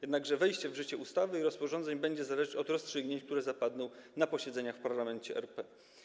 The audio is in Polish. Jednakże wejście w życie ustawy i rozporządzeń będzie zależeć od rozstrzygnięć, które zapadną na posiedzeniach w parlamencie RP.